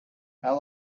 how